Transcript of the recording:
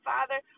Father